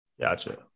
Gotcha